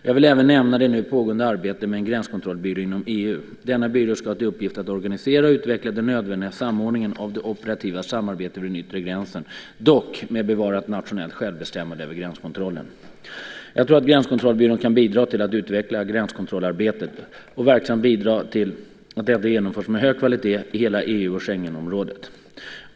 Jag vill även nämna det nu pågående arbetet med en gränskontrollbyrå inom EU. Denna byrå ska ha till uppgift att organisera och utveckla den nödvändiga samordningen av det operativa samarbetet vid den yttre gränsen, dock med bevarat nationellt självbestämmande över gränskontrollen. Jag tror att gränskontrollbyrån kan bidra till att utveckla gränskontrollarbetet och verksamt bidra till att detta genomförs med hög kvalitet i hela EU och Schengenområdet.